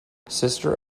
sister